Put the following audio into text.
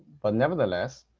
but nevertheless,